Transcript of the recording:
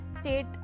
state